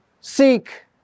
seek